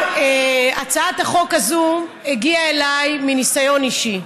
הצעת החוק הזו הגיעה אליי מניסיון אישי.